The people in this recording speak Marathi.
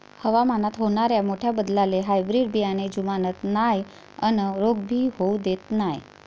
हवामानात होनाऱ्या मोठ्या बदलाले हायब्रीड बियाने जुमानत नाय अन रोग भी होऊ देत नाय